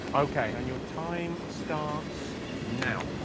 okay and your time starts now?